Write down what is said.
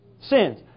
sins